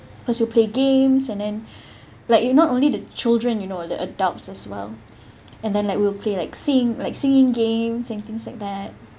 because you play games and then like you not only the children you know the older adults as well and then like we'll play like sing like singing games and things like that